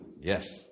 Yes